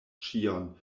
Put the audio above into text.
ĉion